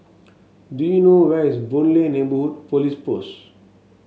do you know where is Boon Lay Neighbourhood Police Post